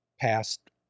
past